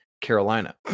Carolina